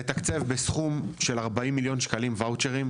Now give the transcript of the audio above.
ההחלטה לתקצב בסכום של 40 מיליון שקלים ואוצ'רים,